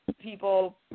People